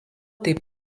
taip